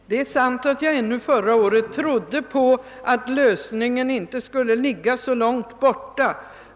Herr talman! Det är sant, att :jag ännu förra året trodde på att lösningen inte skulle ligga så långt borta.